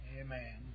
Amen